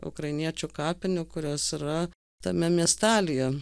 ukrainiečių kapinių kurios yra tame miestelyje